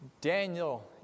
Daniel